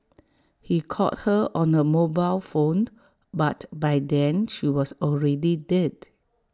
he called her on her mobile phone but by then she was already dead